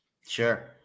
sure